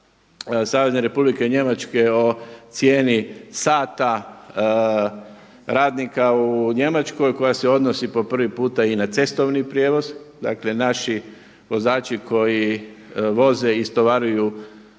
Savezne Republike Njemačke o cijeni sata radnika u Njemačkoj koja se odnosi po prvi puta i na cestovni prijevoz. Dakle naši vozači koji voze i istovaraju teret